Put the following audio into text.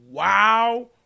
Wow